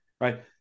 right